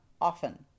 often